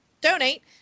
donate